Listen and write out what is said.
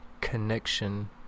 connection